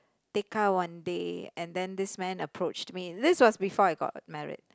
Tekka one day and then this man approached me this was before I got married